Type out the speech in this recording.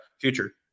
future